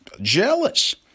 jealous